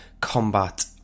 combat